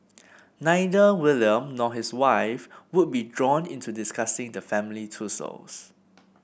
neither William nor his wife would be drawn into discussing the family tussle